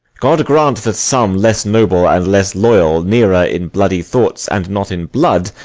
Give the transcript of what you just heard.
god grant that some, less noble and less loyal, nearer in bloody thoughts, an not in blood,